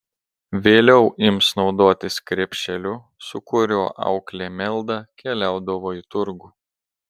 vėliau ims naudotis krepšeliu su kuriuo auklė meldą keliaudavo į turgų